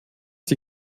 sie